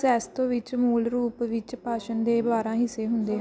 Sesotho ਵਿੱਚ ਮੂਲ ਰੂਪ ਵਿੱਚ ਭਾਸ਼ਣ ਦੇ ਬਾਰਾਂ ਹਿੱਸੇ ਹੁੰਦੇ ਹਨ